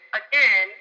again